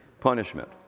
Punishment